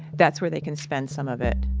that's where they can spend some of it.